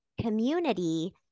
community